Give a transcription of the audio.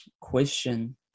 question